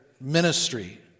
ministry